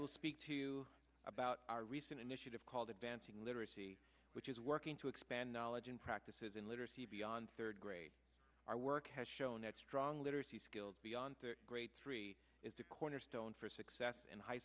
will say week two about our recent initiative called advancing literacy which is working to expand knowledge and practices in literacy beyond third grade our work has shown that strong literacy skills beyond grade three is the cornerstone for success in high